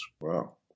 Wow